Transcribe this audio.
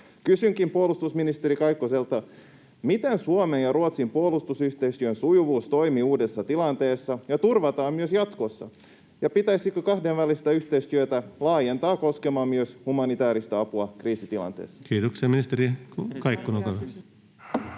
Kysynkin puolustusministeri Kaikkoselta: Miten Suomen ja Ruotsin puolustusyhteistyön sujuvuus toimii uudessa tilanteessa ja turvataan myös jatkossa? Ja pitäisikö kahdenvälistä yhteistyötä laajentaa koskemaan myös humanitääristä apua kriisitilanteissa? Kiitoksia. — Ministeri Kaikkonen,